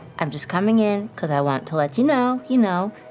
i'm just coming in because i want to let you know, you know,